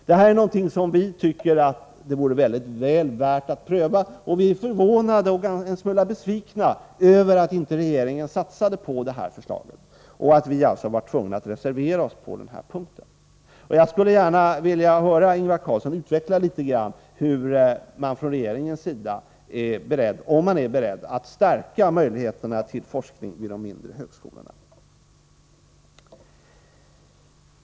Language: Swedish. Detta är någonting som vi tycker vore väl värt att pröva, och vi är förvånade och en smula besvikna över att regeringen inte har satsat på detta förslag och att vi blivit tvungna att reservera oss på denna punkt. Jag skulle vilja höra Ingvar Carlsson utveckla hur och om man från regeringens sida är beredd att stärka möjligheterna till forskning vid de mindre högskolorna.